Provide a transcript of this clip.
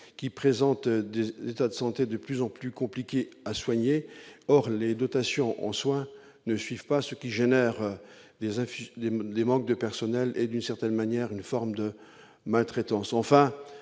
présentent un état de santé de plus en plus compliqué à soigner. Or les dotations en soins ne suivent pas, ce qui engendre un manque de personnel et, d'une certaine manière, une forme de maltraitance.